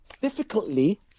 difficultly